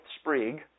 sprig